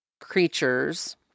creatures